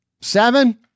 seven